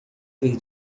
ter